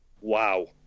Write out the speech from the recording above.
Wow